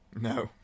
No